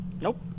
Nope